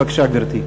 בבקשה, גברתי.